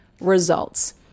results